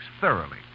thoroughly